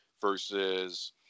versus